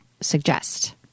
suggest